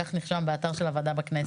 כך נרשם באתר של הוועדה בכנסת.